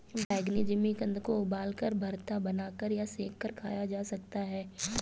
बैंगनी जिमीकंद को उबालकर, भरता बनाकर या सेंक कर खाया जा सकता है